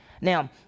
now